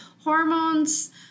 hormones